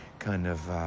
kind of,